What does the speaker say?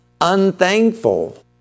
unthankful